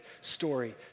story